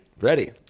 Ready